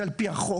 זה על פי החוק.